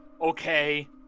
Okay